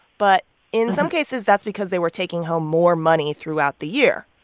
but in some cases, that's because they were taking home more money throughout the year,